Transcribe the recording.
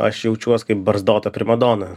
aš jaučiuos kaip barzdota primadona